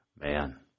Man